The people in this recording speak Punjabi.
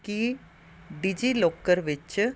ਕਿ ਡਿਜੀਲੋਕਰ ਵਿੱਚ